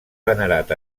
venerat